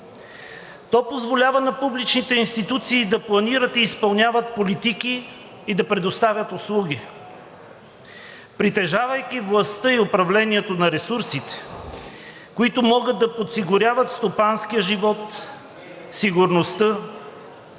То позволява на публичните институции да планират и изпълняват политики и да предоставят услуги, притежавайки властта и управлението на ресурсите, които могат да подсигуряват стопанския живот, сигурността,